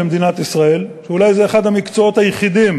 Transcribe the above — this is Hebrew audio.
אולי זה אחד המקצועות היחידים